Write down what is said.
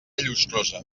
llustrosa